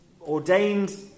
ordained